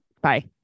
bye